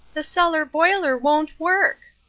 the cellar boiler won't work